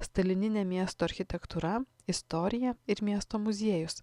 stalininė miesto architektūra istorija ir miesto muziejus